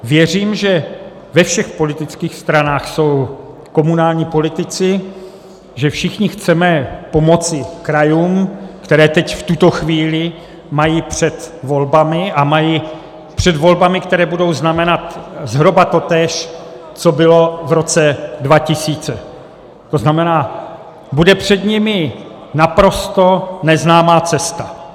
Věřím, že ve všech politických stranách jsou komunální politici, že všichni chceme pomoci krajům, které teď, v tuto chvíli, mají před volbami, a mají před volbami, které budou znamenat zhruba totéž, co bylo v roce 2000, to znamená, bude před nimi naprosto neznámá cesta.